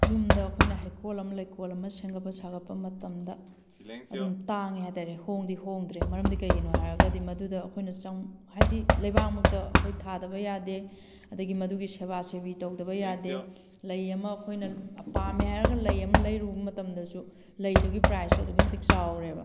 ꯌꯨꯝꯗ ꯑꯩꯈꯣꯏꯅ ꯍꯩꯀꯣꯜ ꯑꯃ ꯂꯩꯀꯣꯜ ꯑꯃ ꯁꯦꯝꯒꯠꯄ ꯁꯥꯒꯠꯄ ꯃꯇꯝꯗ ꯑꯗꯨꯝ ꯇꯥꯡꯉꯦ ꯍꯥꯏꯇꯥꯔꯦ ꯍꯣꯡꯗꯤ ꯍꯣꯡꯗ꯭ꯔꯦ ꯃꯔꯝꯗꯤ ꯀꯩꯒꯤꯅꯣ ꯍꯥꯏꯔꯒꯗꯤ ꯃꯗꯨꯗ ꯑꯩꯈꯣꯏꯅ ꯍꯥꯏꯕꯗꯤ ꯂꯩꯕꯥꯛꯃꯛꯇ ꯑꯩꯈꯣꯏ ꯊꯥꯗꯕ ꯌꯥꯗꯦ ꯑꯗꯒꯤ ꯃꯗꯨꯒꯤ ꯁꯦꯕꯥ ꯁꯦꯕꯤ ꯇꯧꯗꯕ ꯌꯥꯗꯦ ꯂꯩ ꯑꯃ ꯑꯩꯈꯣꯏꯅ ꯄꯥꯝꯃꯦ ꯍꯥꯏꯔꯒ ꯂꯩ ꯑꯃ ꯂꯩꯔꯨꯕ ꯃꯇꯝꯗꯁꯨ ꯂꯩꯗꯨꯒꯤ ꯄ꯭ꯔꯥꯏꯁꯇꯣ ꯑꯗꯨꯛꯀꯤ ꯃꯇꯤꯛ ꯆꯥꯎꯔꯦꯕ